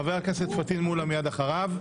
חבר הכנסת פטין מולא מייד אחריו.